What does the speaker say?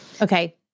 Okay